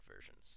versions